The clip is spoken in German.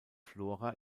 flora